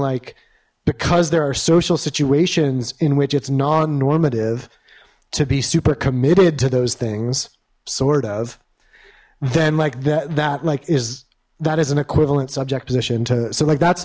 like because there are social situations in which it's non normative to be super committed to those things sort of then like that like is that is an equivalent subject position to so like that's